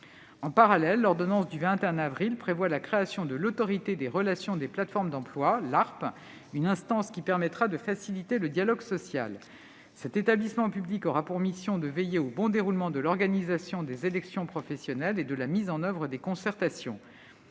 En parallèle, l'ordonnance du 21 avril 2021 prévoit la création de l'Autorité des relations sociales des plateformes d'emploi (ARPE), une instance qui permettra de faciliter le dialogue social. Cet établissement public aura pour mission de veiller au bon déroulement de l'organisation des élections professionnelles et de la mise en oeuvre des concertations.